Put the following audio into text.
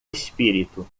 espírito